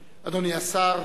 השר,